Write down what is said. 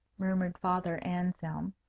murmured father anselm.